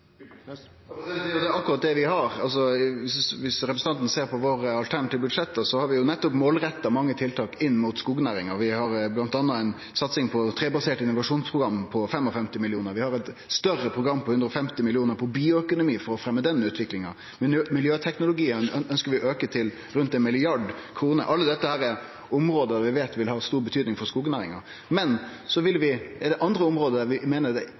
Det er akkurat det vi har. Om representanten ser på våre alternative budsjett, har vi nettopp målretta mange tiltak inn mot skognæringa. Vi har bl.a. ei satsing på trebasert innovasjonsprogram på 55 mill. kr, vi har eit større program på 150 mill. kr for å fremje utviklinga innan bioøkonomi, og vi ønskjer å auke satsinga på miljøteknologi til rundt 1 mrd kr. Alle desse er område vi veit vil ha stor betyding for skognæringa. Men så er det andre område der vi meiner at det